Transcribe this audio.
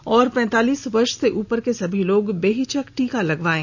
और पैंतालीस वर्ष से उपर के सभी लोग बेहिचक टीका लगवायें